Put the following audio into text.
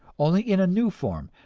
only in a new form.